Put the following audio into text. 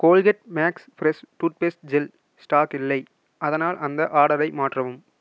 Colgate max fresh toothpaste gel stock இல்லை அதனால் அந்த ஆர்டரை மாற்றவும்